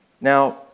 Now